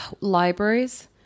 libraries